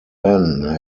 ben